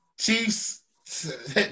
Chiefs